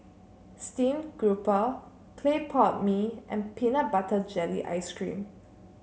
stream Grouper Clay Pot Mee and Peanut Butter Jelly Ice cream